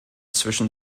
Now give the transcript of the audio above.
zwischen